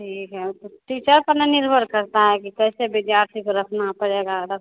ठीक है ओ तो टीचर पर ना निर्भर करता है कि कैसे विद्यार्थी को रखना पड़ेगा रख